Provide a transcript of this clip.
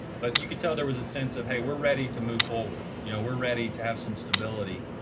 but you could tell there was a sense of, hey, we're ready to move forward. you know, we're ready to have some stability.